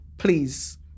Please